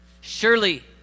Surely